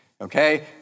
Okay